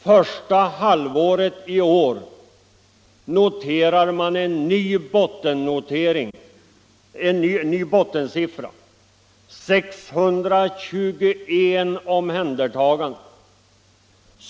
Första halvåret i år noterar man en ny bottensiffra: 621 omhändertaganden.